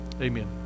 Amen